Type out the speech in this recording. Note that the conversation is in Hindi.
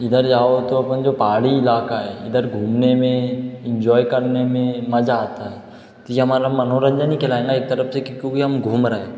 इधर जाओ तो अपन जो पहाड़ी इलाक़ा है इधर घूमने में इन्जॉय करने में मज़ा आता है तो ये हमारा मनोरंजन ही कहलाया ना एक तरफ़ से कि क्योंकि हम घूम रहें